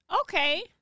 Okay